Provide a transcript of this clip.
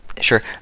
Sure